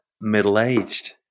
middle-aged